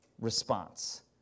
response